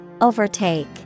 Overtake